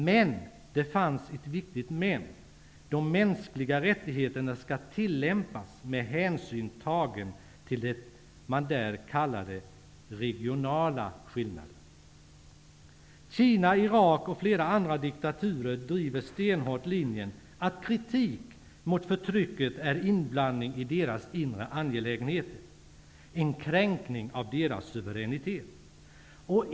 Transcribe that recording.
Men det fanns ett viktigt men -- de mänskliga rättigheterna skall tillämpas med hänsyn tagen till det som man där kallade regionala skillnader. Kina, Irak och flera andra diktaturer driver stenhårt linjen att kritik mot förtrycket är detsamma som inblandning i deras inre angelägenheter -- en kränkning av deras suveränitet.